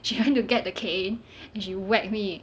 she went to get the cane and she whack me